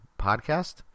podcast